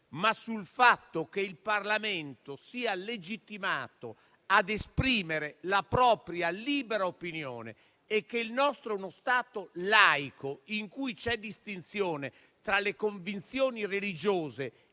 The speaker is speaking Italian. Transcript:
sul fatto che il Parlamento sia legittimato a esprimere la propria libera opinione e che il nostro sia uno Stato laico in cui c'è distinzione tra le convinzioni religiose